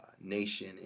nation